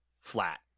flat